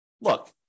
look